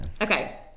Okay